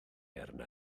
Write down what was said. arna